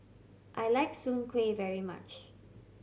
I like Soon Kuih very much